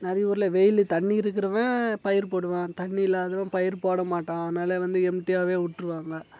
நிறைய ஊரில் வெயில் தண்ணி இருக்கிறவன் பயிர் போடுவான் தண்ணி இல்லாதவன் பயிர் போடமாட்டான் அதனால வந்து எம்ட்டியாகவே விட்ருவாங்க